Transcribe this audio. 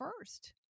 first